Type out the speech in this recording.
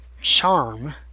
charm